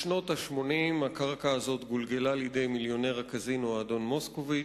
בשנות ה-80 הקרקע הזאת גולגלה לידי מיליונר הקזינו האדון מוסקוביץ,